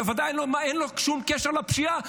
בוודאי אין לו שום קשר לפשיעה,